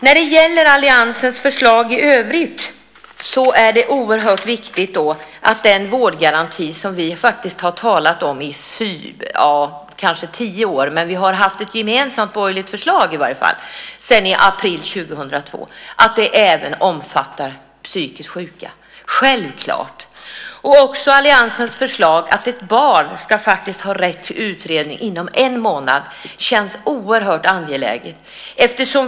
När det gäller alliansens förslag i övrigt är det oerhört viktigt att den vårdgaranti som vi faktiskt har talat om i kanske tio år - men vi har haft ett gemensamt borgerligt förslag i varje fall sedan april 2002 - även omfattar psykiskt sjuka. Det är självklart. Också alliansens förslag om att ett barn ska ha rätt till utredning inom en månad känns oerhört angeläget.